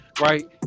right